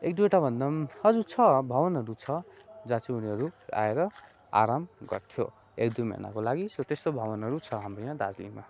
एक दुईवटा भन्दा पनि हजुर छ भवनहरू छ जहाँ चाहिँ उनीहरू आएर आराम गर्थ्यो एक दुई महिनाको लागि सो त्यस्तो भवनहरू छ हाम्रो यहाँ दार्जिलिङमा